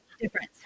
difference